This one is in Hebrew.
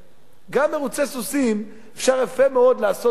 גם מירוצי סוסים אפשר יפה מאוד לעשות במחשב,